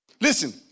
Listen